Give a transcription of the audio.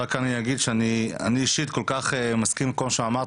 אני אישית כל כך מסכים עם כל מה שאמרת,